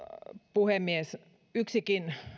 puhemies yksikin